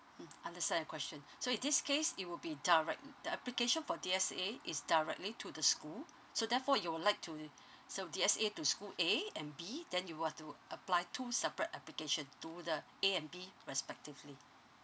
mm understand your question so in this case it will be direct the application for D_S_A is directly to the school so therefore you would like to so D_S_A to school A and B then you want to apply two separate application to the A and B respectively